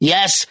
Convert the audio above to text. Yes